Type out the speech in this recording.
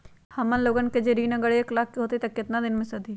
हमन लोगन के जे ऋन अगर एक लाख के होई त केतना दिन मे सधी?